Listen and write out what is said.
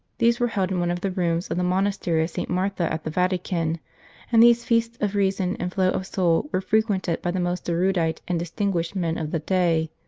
these were held in one of the rooms of the monastery of st. martha at the vatican and these feasts of reason and flow of soul were fre quented by the most erudite and distinguished men of the day.